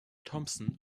thompson